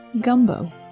Gumbo